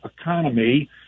economy